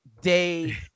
day